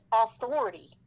authority